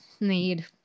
need